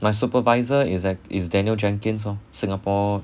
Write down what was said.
my supervisor is ah is daniel jenkins lor